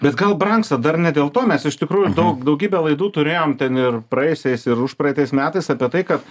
bet gal brangsta dar ne dėl to mes iš tikrųjų daug daugybę laidų turėjom ten ir praėjusiais ir užpraeitais metais apie tai kad